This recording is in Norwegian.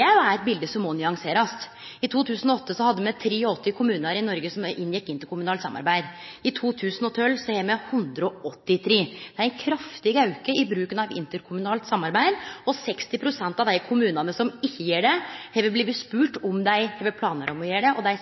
er òg eit bilete som må nyanserast. I 2008 hadde me 83 kommunar i Noreg som inngjekk interkommunalt samarbeid. I 2012 har me 183. Det er ein kraftig auke i bruken av interkommunalt samarbeid, og 60 pst. av dei kommunane som ikkje har det, har blitt spurt, og dei